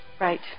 Right